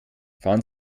fahren